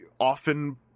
often